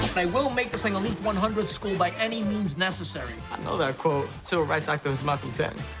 i will make this an elite one hundred school by any means necessary. i know that quote. civil rights activist malcolm ten.